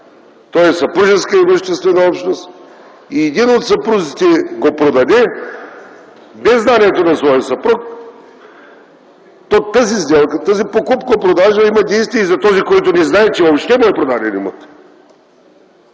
той е съпружеска имуществена общност и ако един от съпрузите го продаде без знанието на своя съпруг, то тази сделка, то тази покупко-продажба има действия и за този, който не знае, че въобще му е продаден